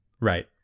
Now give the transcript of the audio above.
Right